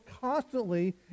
constantly